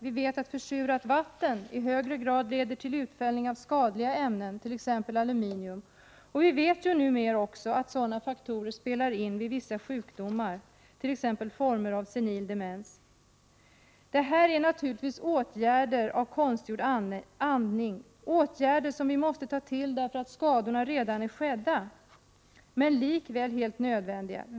Vi vet att försurat vatten i högre grad leder till utfällning av skadliga ämnen, t.ex. aluminium, och vi vet numera också att sådana faktorer spelar in vid vissa sjukdomar, exempelvis former av senil demens. Det här är naturligtvis åtgärder som innebär ”konstgjord andning”, åtgärder som vi måste ta till därför att skadorna redan är skedda. Likväl är de helt nödvändiga.